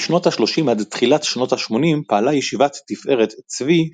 משנות ה-30 עד תחילת שנות ה־80 פעלה ישיבת תפארת צבי,